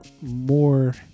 more